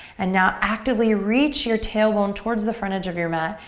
and now actively reach your tailbone towards the front edge of your mat.